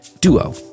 duo